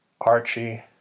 Archie